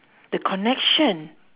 the connection